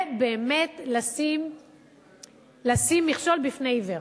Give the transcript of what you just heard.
זה באמת לשים מכשול בפני עיוור,